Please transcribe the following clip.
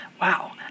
wow